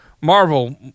Marvel